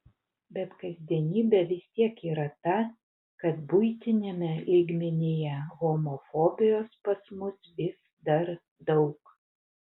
bet kasdienybė vis tiek yra ta kad buitiniame lygmenyje homofobijos pas mus vis dar daug